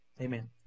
Amen